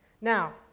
Now